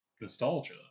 nostalgia